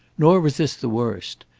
nor was this the worst.